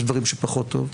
יש דברים שפחות טוב.